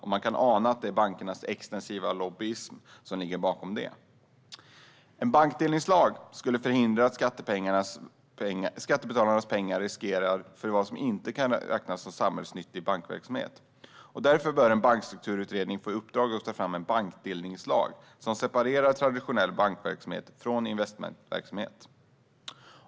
Man kan ana att det är bankernas extensiva lobbyism som ligger bakom det. En bankdelningslag skulle förhindra att skattebetalarnas pengar riskeras för vad som inte kan räknas som samhällsnyttig bankverksamhet. Därför bör en bankstrukturutredning få i uppdrag att ta fram en bankdelningslag som separerar traditionell bankverksamhet från investmentverksamhet.